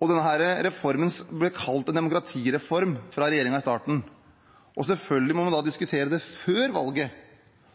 valget. Denne reformen ble kalt en demokratireform av regjeringen i starten. Selvfølgelig må man da diskutere det før valget,